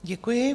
Děkuji.